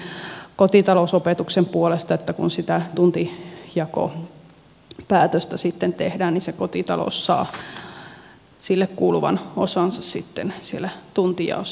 vetoaisinkin kotitalousopetuksen puolesta että kun sitä tuntijakopäätöstä sitten tehdään niin se kotitalous saa sille kuuluvan osansa sitten siellä tuntijaossa